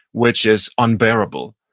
which is unbearable.